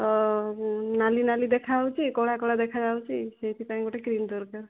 ନାଲି ନାଲି ଦେଖାହେଉଛି କଳା କଳା ଦେଖାଯାଉଛି ସେଇଥିପାଇଁ ଗୋଟିଏ କ୍ରିମ ଦରକାର